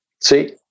See